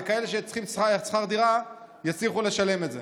וכאלה שצריכים לשלם שכר דירה, יצליחו לשלם את זה?